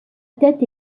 tête